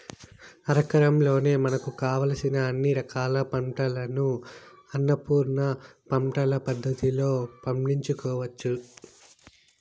అరెకరంలోనే మనకు కావలసిన అన్ని రకాల పంటలను అన్నపూర్ణ పంటల పద్ధతిలో పండించుకోవచ్చు